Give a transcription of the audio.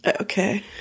Okay